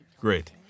Great